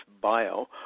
bio